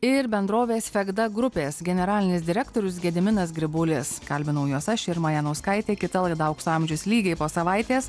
ir bendrovės fegda grupės generalinis direktorius gediminas grybulis kalbinau juos aš irma janauskaitė kita laida aukso amžius lygiai po savaitės